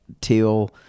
Teal